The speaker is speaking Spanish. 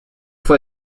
fue